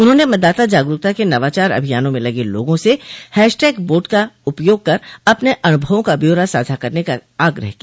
उन्होंने मतदाता जागरूकता के नवाचार अभियानों में लगे लोगों से हैशटेग वोट का उपयोग कर अपने अनुभवों का ब्यौरा साझा करने का आग्रह किया